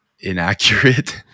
inaccurate